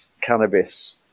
cannabis